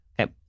Okay